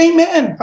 Amen